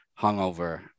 hungover